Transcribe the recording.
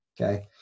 okay